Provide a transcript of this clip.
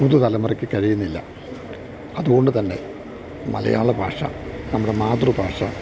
പുതു തലമുറയ്ക്കു കഴിയുന്നില്ല അതുകൊണ്ടുതന്നെ മലയാള ഭാഷ നമ്മുടെ മാതൃഭാഷ